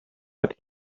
but